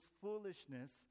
foolishness